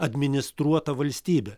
administruota valstybė